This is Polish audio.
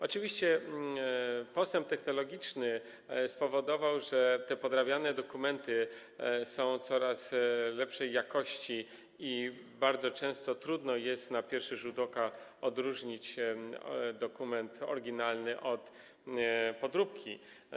Oczywiście postęp technologiczny spowodował, że te podrabiane dokumenty są coraz lepszej jakości i bardzo często trudno jest na pierwszy rzut oka odróżnić dokument oryginalny od podróbki.